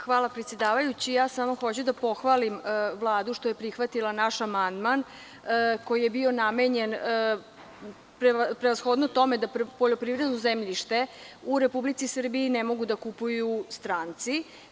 Hvala predsedavajući, samo hoću da pohvalim Vladu što je prihvatila naš amandman koji je bio namenjen prevashodno tome da poljoprivredno zemljište u Republici Srbiji ne mogu da kupuju stranci.